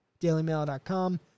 DailyMail.com